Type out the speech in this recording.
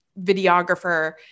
videographer